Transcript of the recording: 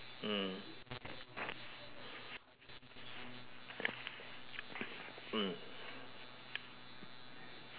mm